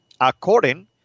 according